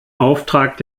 auftrag